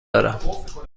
دارم